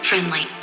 Friendly